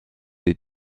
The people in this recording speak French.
des